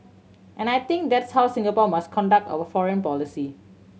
and I think that's how Singapore must conduct our foreign policy